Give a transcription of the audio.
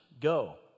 go